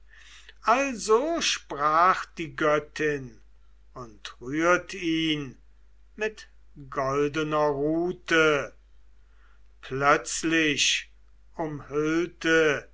also sprach die göttin und rührt ihn mit goldener rute plötzlich umhüllte